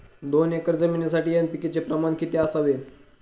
दोन एकर जमिनीसाठी एन.पी.के चे प्रमाण किती असावे?